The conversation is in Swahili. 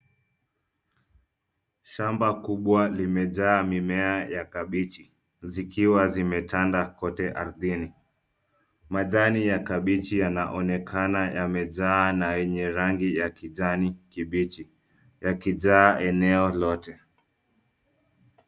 Shamba kubwa limejaa mimea ya kabichi zikiwa zimetanda kote ardhini. Majani ya kabichi yanaonekana yamejaa na yenye rangi ya kijani kibichi yakijaa eneo lote.